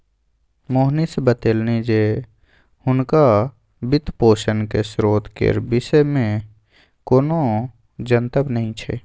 मोहनीश बतेलनि जे हुनका वित्तपोषणक स्रोत केर विषयमे कोनो जनतब नहि छै